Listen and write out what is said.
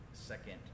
Second